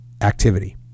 activity